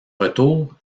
retour